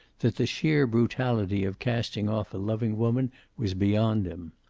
that the sheer brutality of casting off a loving woman was beyond him.